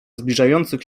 zbliżających